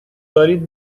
دارید